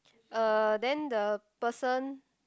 uh then the person